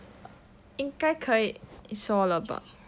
应该可以说了吧